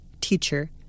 teacher